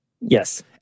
Yes